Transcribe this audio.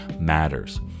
matters